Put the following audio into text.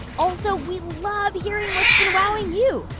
also, we love hearing what's been wowing you.